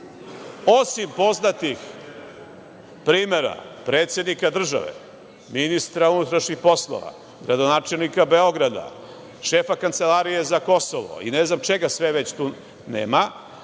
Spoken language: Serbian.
poznatih primera – predsednika države, ministra unutrašnjih poslova, gradonačelnika Beograda, šefa Kancelarije za Kosovo i ne znam čega sve već tu nema,